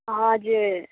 हजुर